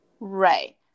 Right